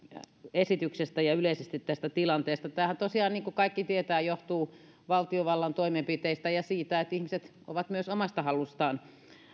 esityksestä ja yleisesti tästä tilanteesta tämähän tosiaan niin kuin kaikki tietävät johtuu valtiovallan toimenpiteistä ja siitä että ihmiset ovat myös omasta halustaan